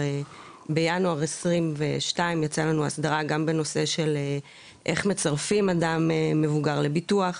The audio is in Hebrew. בינואר 2022 יצא לנו הסדרה גם בנושא של איך מצרפים אדם מבוגר לביטוח,